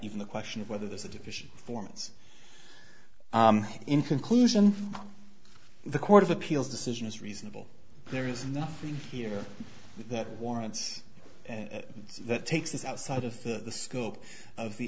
even the question of whether there's a division forms in conclusion the court of appeals decision is reasonable there is nothing here that warrants that takes us outside of the scope of the